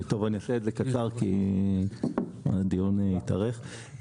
אני אדבר בקצרה כי הדיון התארך.